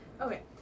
Okay